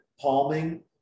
Palming